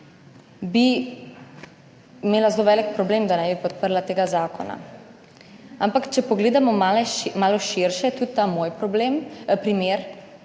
bi imela zelo velik problem, da ne bi podprla tega zakona. Ampak če pogledamo malo širše, tudi ta moj primer,